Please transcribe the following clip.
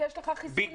כי יש לך חיסונים,